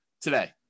today